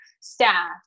staff